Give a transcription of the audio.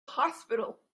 hospital